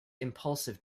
impulsive